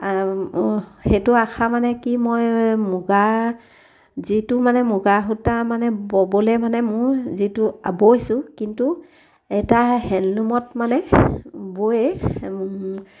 সেইটো আশা মানে কি মই মুগাৰ যিটো মানে মুগা সূতা মানে ব'বলৈ মানে মোৰ যিটো বৈছোঁ কিন্তু এটা হেণ্ডলুমত মানে বয়ে